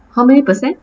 how many percent